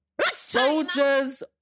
soldiers